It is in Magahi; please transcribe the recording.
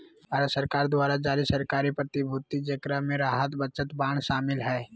भारत सरकार द्वारा जारी सरकारी प्रतिभूति जेकरा मे राहत बचत बांड शामिल हइ